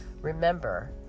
Remember